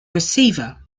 receiver